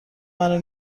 منو